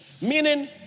Meaning